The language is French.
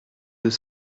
deux